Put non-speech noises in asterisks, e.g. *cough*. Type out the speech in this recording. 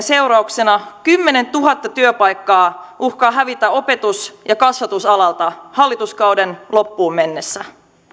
*unintelligible* seurauksena kymmenentuhatta työpaikkaa uhkaa hävitä opetus ja kasvatusalalta hallituskauden loppuun mennessä